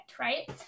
right